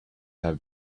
have